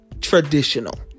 traditional